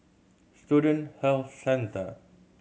Student Health Centre